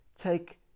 take